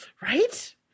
right